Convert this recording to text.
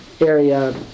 area